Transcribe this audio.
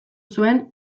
zuen